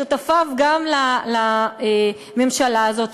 שותפיו גם לממשלה הזו,